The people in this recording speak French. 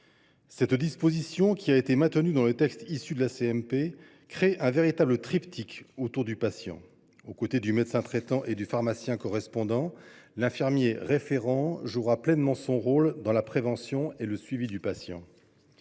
Cette disposition, maintenue dans le texte issu de la CMP, crée un véritable triptyque autour du patient : aux côtés du médecin traitant et du pharmacien correspondant, l’infirmier référent jouera pleinement son rôle dans la prévention et le suivi du patient.